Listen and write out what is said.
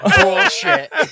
bullshit